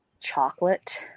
Chocolate